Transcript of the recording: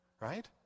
right